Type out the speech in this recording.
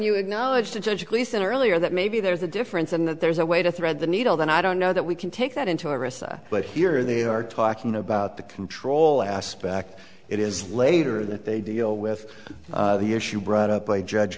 you acknowledge to judge gleason earlier that maybe there's a difference and that there's a way to thread the needle then i don't know that we can take that into a recess but here they are talking about the control aspect it is later that they deal with the issue brought up by judge